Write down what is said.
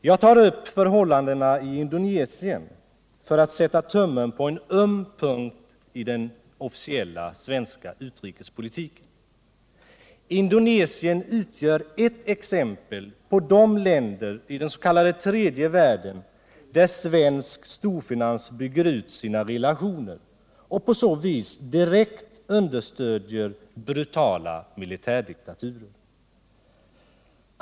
Jag tar upp förhållandena i Indonesien för att sätta tummen på en öm punkt i den officiella svenska utrikespolitiken. Indonesien utgör exempel på de länder dens.k. tredje världen där svensk storfinans bygger ut sina relationer och på så vis direkt understödjer brutala militärdiktaturer.